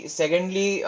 secondly